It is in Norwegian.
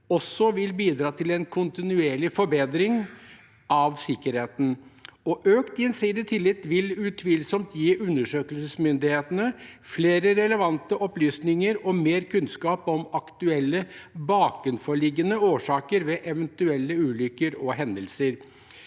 også vil bidra til en kontinuerlig forbedring av sikkerheten. Økt gjensidig tillit vil utvilsomt gi undersøkelsesmyndighetene flere relevante opplysninger og mer kunnskap om aktuelle bakenforliggende årsaker ved eventuelle ulykker og hendelser.